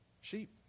sheep